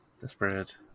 Desperate